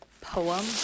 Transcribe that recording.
poem